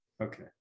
Okay